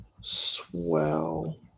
Swell